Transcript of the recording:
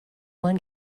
one